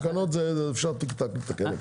תקנות אפשר טיק-טק לתקן.